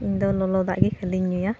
ᱤᱧᱫᱚ ᱞᱚᱞᱚ ᱫᱟᱜ ᱜᱮ ᱠᱷᱟᱹᱞᱤᱧ ᱧᱩᱭᱟ